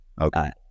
Okay